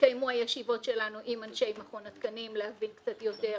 התקיימו הישיבות שלנו עם אנשי מכון התקנים להבין קצת יותר,